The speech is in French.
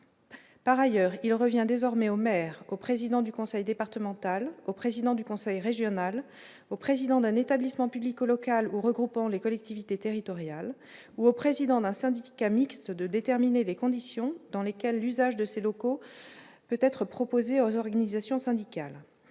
Par ailleurs, il revient désormais au maire, au président du conseil départemental au président du conseil régional au président d'un établissement public au local ou regroupant les collectivités territoriales ou au président d'un syndicat mixte de déterminer les conditions dans lesquelles l'usage de ses locaux peut-être proposé aux organisations syndicales